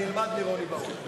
אני אלמד מרוני בר-און.